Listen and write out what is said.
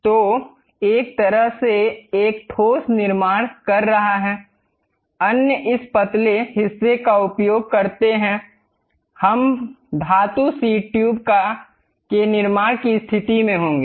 तो एक तरह से एक ठोस निर्माण कर रहा है अन्य इस पतले हिस्से का उपयोग करते है हम धातु शीट ट्यूब के निर्माण की स्थिति में होंगे